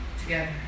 together